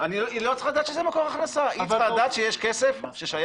היא לא צריכה לדעת שזה מקור הכנסה,